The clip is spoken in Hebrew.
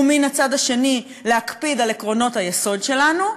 ומן הצד השני להקפיד על עקרונות היסוד שלנו,